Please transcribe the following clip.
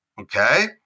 Okay